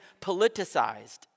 politicized